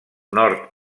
nord